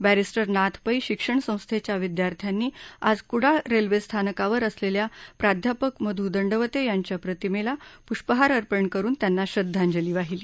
barrister Nath Pai शिक्षण संस्थेच्या विद्यार्थ्यांनी आज कुडाळ रेल्वेस्थानकावर असलेल्या प्राध्यापक मधू दंडवते यांच्या प्रतिमेला पुष्पहार अर्पण करून त्यांना श्रद्धांजली वाहिली